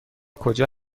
کجا